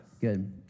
good